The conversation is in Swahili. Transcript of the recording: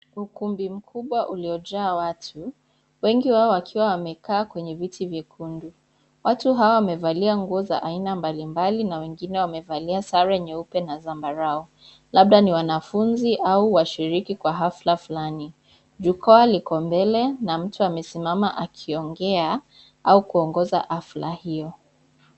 Ukumbi mkubwa uliojaa watu. Wengi wao wakiwa wamekaa kwanye viti vikundi, watu hawa wamevalia nguo za aina mbalimbali na wengine wamevalia sare nyeupe na zambarao. Labda ni wanafunzi au washiriki wa hafla flani. Jukwaa liko mbele na mtu amesimama akiongea au kuongoza hafla hio.